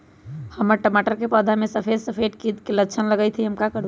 हमर टमाटर के पौधा में सफेद सफेद कीट के लक्षण लगई थई हम का करू?